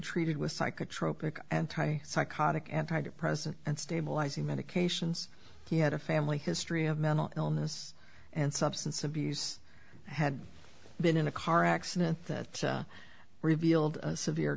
treated with psychotropic anti psychotic anti depressant and stabilizing medications he had a family history of mental illness and substance abuse had been in a car accident that revealed a severe